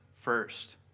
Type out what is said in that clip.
first